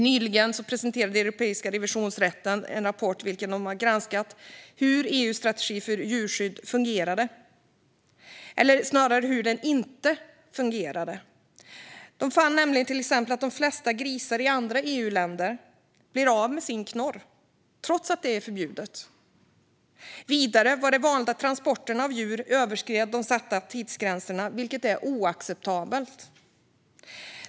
Nyligen presenterade Europeiska revisionsrätten en rapport i vilken de har granskat hur EU:s strategi för djurskydd fungerar, eller snarare hur den inte fungerar. De fann nämligen till exempel att de flesta grisar i andra EU-länder blir av med sin knorr, trots att det är förbjudet. Vidare är det vanligt att transporterna av djur överskrider de satta tidsgränserna, vilket är oacceptabelt.